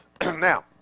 Now